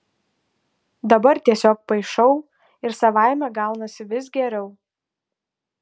dabar tiesiog paišau ir savaime gaunasi vis geriau